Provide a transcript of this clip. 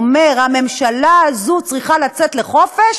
הוא אומר: הממשלה הזאת צריכה לצאת לחופש,